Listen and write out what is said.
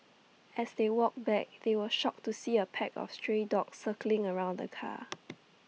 as they walked back they were shocked to see A pack of stray dogs circling around the car